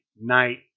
night